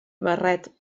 barret